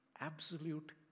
absolute